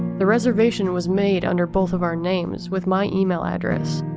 the reservation was made under both of our names with my email address!